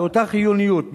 באותה חיוניות,